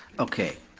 okay.